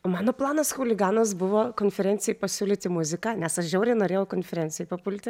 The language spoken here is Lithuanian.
mano planas chuliganas buvo konferencijai pasiūlyti muziką nes aš žiauriai norėjau konferencijoj papulti